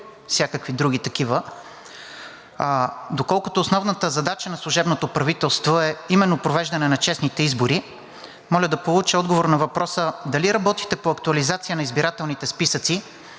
всякакви други такива. Доколкото основната задача на служебното правителство е именно провеждане на честните избори, моля да получа отговор на въпроса дали работите по актуализация на избирателните списъци